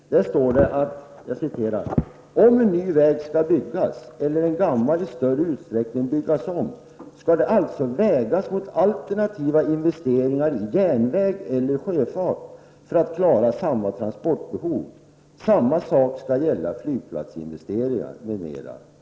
Där står det att om en ny väg skall byggas eller om en gammal i större utsträckning skall byggas om, skall det vägas mot alternativa investeringar i järnväg eller sjöfart för att klara samma transportbehov. Samma sak skall gälla flygplatsinvesteringar m.m.